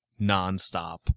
nonstop